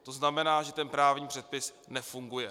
To znamená, že ten právní předpis nefunguje.